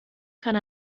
kann